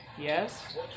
Yes